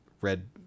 red